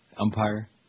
umpire